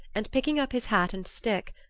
and, picking up his hat and stick,